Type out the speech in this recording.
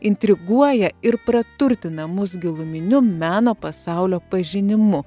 intriguoja ir praturtina mus giluminiu meno pasaulio pažinimu